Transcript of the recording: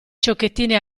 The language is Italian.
ciocchettine